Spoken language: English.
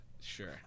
sure